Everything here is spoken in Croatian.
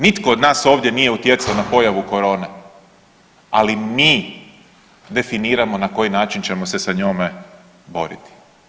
Nitko od nas ovdje nije utjecao na pojavu korone, ali mi definiramo na koji način ćemo se sa njome boriti.